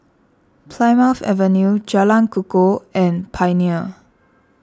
Plymouth Avenue Jalan Kukoh and Pioneer